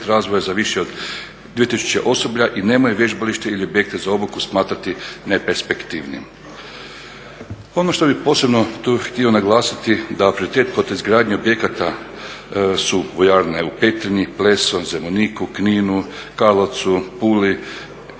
razvoja za više od 2000 osoblja i nemaju više … ili objekte za obuku smatrati neperspektivnim. Ono što bih posebno tu htio naglasiti da … kod izgradnje objekata su vojarne u Petrinji, Plesu, Zemuniku, Kninu, Karlovcu, Puli